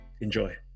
Enjoy